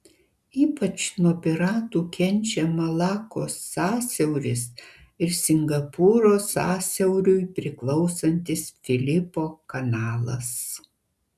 ypač nuo piratų kenčia malakos sąsiauris ir singapūro sąsiauriui priklausantis filipo kanalas